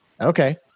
Okay